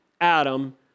Adam